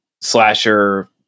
slasher